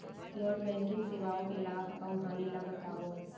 non banking सेवाओं के लाभ अऊ हानि ला बतावव